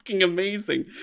amazing